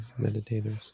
meditators